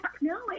No